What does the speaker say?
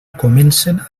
comencen